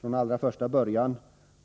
Från allra första början